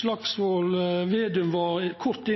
Slagsvold Vedum gjorde ein kort